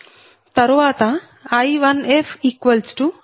తరువాత I1fI2f j8